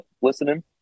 listening